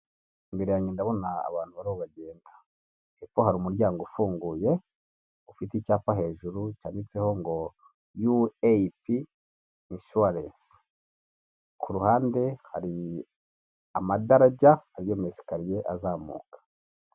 Imbere yanjye ndabona abantu barimo bagenda hepfo hari umuryango ufunguye ufite icyapa hejuru cyanmetseho ngo yu eyipi inshuwarensi nku ruhande hari amadarajya, ama esikariye azamuka.